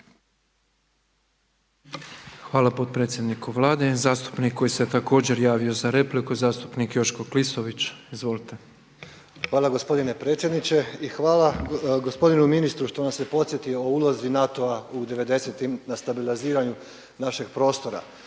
Hvala potpredsjedniku Vlade. Zastupnik koji se također javio za repliku je zastupnik Joško Klisović. Izvolite. **Klisović, Joško (SDP)** hvala gospodine predsjedniče. I hvala gospodinu ministru što nas je podsjetio o ulozi NATO-a u devedesetim na stabiliziranju našeg prostora.